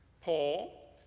Paul